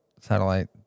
satellite